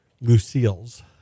Lucille's